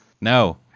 No